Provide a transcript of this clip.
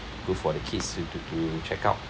good for the kids t~ to to check out